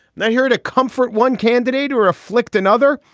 now here to comfort one candidate or afflict another.